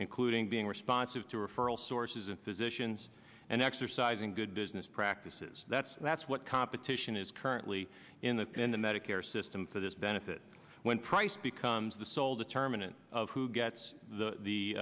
being responsive to referral sources and physicians and exercising good business practices that's that's what competition is currently in the in the medicare system for this benefit when price becomes the sole determinant of who gets the